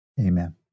amen